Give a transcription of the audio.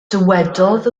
dywedodd